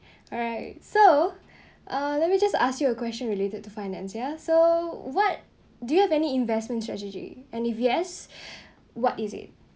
alright so uh let me just ask you a question related to finance yeah so what do you have any investment strategy and if yes what is it